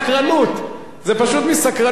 זה פשוט מסקרנות, מה הם אומרים שם.